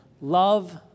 Love